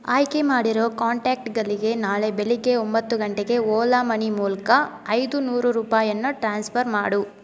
ಆಯ್ಕೆ ಮಾಡಿರೋ ಕಾಂಟ್ಯಾಕ್ಟ್ಗಳಿಗೆ ನಾಳೆ ಬೆಳಗ್ಗೆ ಒಂಬತ್ತು ಗಂಟೆಗೆ ಓಲಾ ಮನಿ ಮೂಲಕ ಐದು ನೂರು ರೂಪಾಯಿಯನ್ನು ಟ್ರಾನ್ಸ್ಫರ್ ಮಾಡು